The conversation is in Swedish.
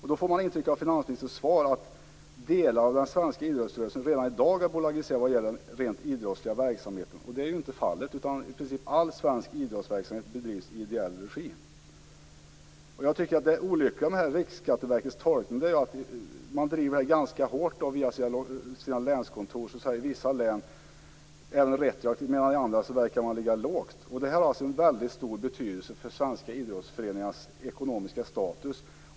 Man får intrycket av finansministerns svar att delar av den svenska idrottsrörelsen redan i dag är bolagiserad vad gäller rent idrottsliga verksamheter. Det är inte fallet. I princip all svensk idrottsverksamhet bedrivs i ideell regi. Jag tycker att Riksskatteverkets tolkning är olycklig. Man driver detta ganska hårt via sina länskontor, i vissa län även retroaktivt, medan man i andra verkar ligga lågt. Det här har en väldigt stor betydelse för svenska idrottsföreningars ekonomiska status.